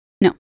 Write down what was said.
No